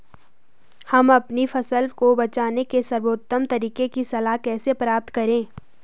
हम अपनी फसल को बचाने के सर्वोत्तम तरीके की सलाह कैसे प्राप्त करें?